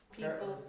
People